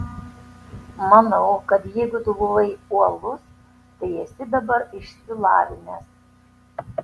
manau kad jeigu tu buvai uolus tai esi dabar išsilavinęs